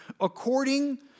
according